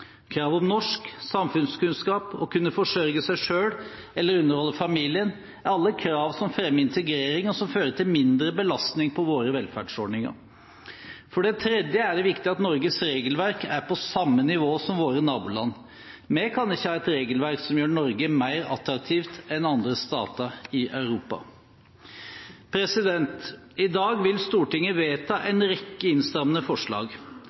om norsk, samfunnskunnskap, å kunne forsørge seg selv eller underholde familien, er alle krav som fremmer integrering og som fører til mindre belastning på våre velferdsordninger. For det tredje er det viktig at Norges regelverk er på samme nivå som våre naboland. Vi kan ikke ha et regelverk som gjør Norge mer attraktivt enn andre stater i Europa. I dag vil Stortinget vedta en rekke innstrammende forslag.